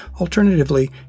Alternatively